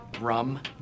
rum